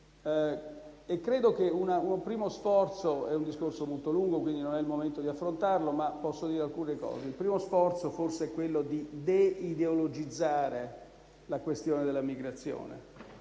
è molto complesso. È un discorso molto lungo e, quindi, non è il momento di affrontarlo. Posso, però, dire alcune cose. Il primo sforzo, forse, è quello di deideologizzare la questione della migrazione.